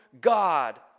God